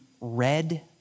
red